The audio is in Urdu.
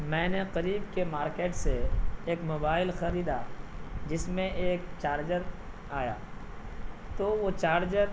میں نے قریب کے مارکیٹ سے ایک موبائل خریدا جس میں ایک چارجر آیا تو وہ چارجر